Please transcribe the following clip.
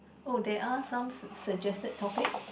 oh there are some su~ suggested topic